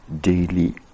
daily